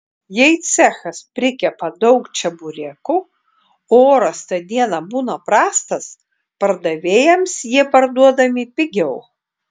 jei cechas prikepa daug čeburekų o oras tą dieną būna prastas pardavėjams jie parduodami pigiau